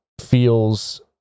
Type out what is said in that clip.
feels